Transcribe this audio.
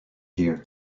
pier